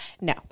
no